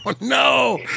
no